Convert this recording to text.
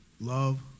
love